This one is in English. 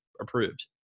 approved